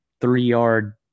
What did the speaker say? three-yard